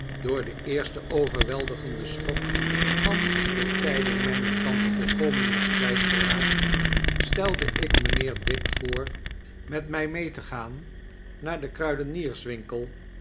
door den eersten overweldigenden schok van de tijding mijner tante volkomen was kwijtgeraakt stelde ik mijnheer dick voor met mij mee te gaan naar den